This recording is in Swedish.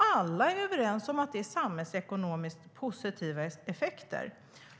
Alla är överens om att det är samhällsekonomiskt positiva effekter.